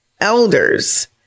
elders